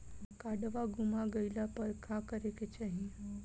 काडवा गुमा गइला पर का करेके चाहीं?